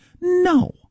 No